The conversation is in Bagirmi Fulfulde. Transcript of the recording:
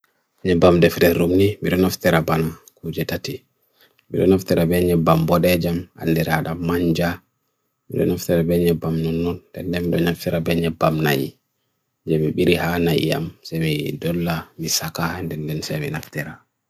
nye bam defre rumni virun of tera banu kujetati virun of tera banyu bam bodhe jam andirada manja virun of tera banyu bam nunut tndem banyu naf tera banyu bam nai jemi biriha nai yam sewe idola misaka han den gen sewe naf tera